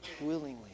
willingly